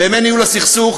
בימי ניהול הסכסוך,